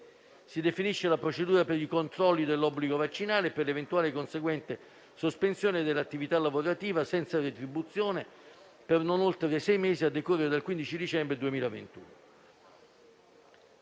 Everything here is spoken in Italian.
Si definisce la procedura per i controlli dell'obbligo vaccinale e per l'eventuale conseguente sospensione dell'attività lavorativa senza retribuzione per non oltre sei mesi a decorrere dal 15 dicembre 2021.